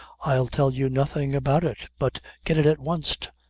i'll tell you nothing about it but get it at wanst,